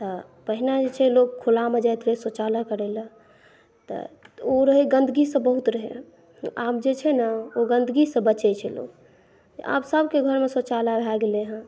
तऽ पहिने जे छै लोक खुलामे जाइत रहै शौचालय करय लए तऽ ओ रहै गंदगीसभ बहुत रहै आब जे छै ने ओ गंदगीसॅं बचै छै लोक आब सभके घरमे शौचालय भए गेलै हँ